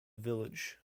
village